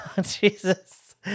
Jesus